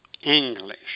English